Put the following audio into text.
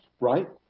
right